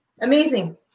amazing